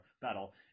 battle